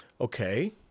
okay